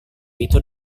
itu